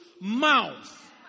mouth